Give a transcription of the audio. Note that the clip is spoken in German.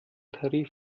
tarif